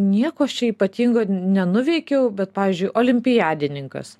nieko aš čia ypatingo nenuveikiau bet pavyzdžiui olimpiadininkas